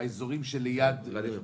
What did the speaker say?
באזורים שליד -- (היו"ר ולדימיר בליאק,